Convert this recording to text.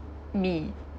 me